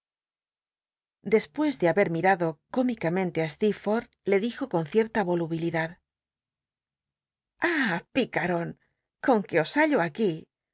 despues de haber minrdo cómicamente stee fortb le dijo con cierta olubilidad ah picaron con que os hallo aquí